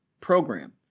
program